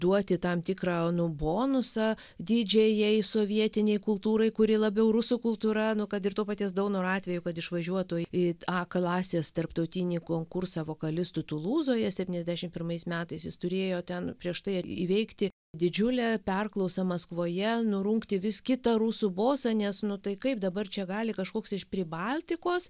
duoti tam tikrą nu bonusą didžiajai sovietinei kultūrai kuri labiau rusų kultūra nu kad ir to paties daunoro atveju kad išvažiuotų į a klasės tarptautinį konkursą vokalistų tulūzoje septyniasdešim pirmais metais jis turėjo ten prieš tai įveikti didžiulę perklausą maskvoje nurungti vis kitą rusų bosą nes nu tai kaip dabar čia gali kažkoks iš pribaltikos